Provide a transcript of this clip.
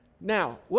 Now